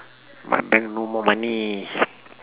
my bank no more money